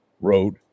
wrote